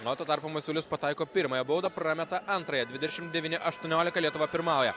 o tuo tarpu masiulis pataiko pirmąją baudą prameta antrąją dvidešimt devyni aštuoniolika lietuva pirmauja